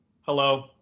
Hello